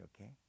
okay